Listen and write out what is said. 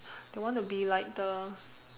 they want to be like the